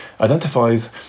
identifies